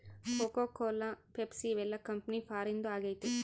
cocoa cola Pepsi ಇವೆಲ್ಲ company ಫಾರಿನ್ದು ಆಗೈತೆ